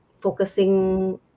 focusing